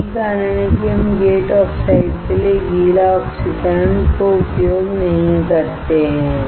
यही कारण है कि हम गेट ऑक्साइड के लिए गीले ऑक्सीकरण का उपयोग नहीं कर सकते हैं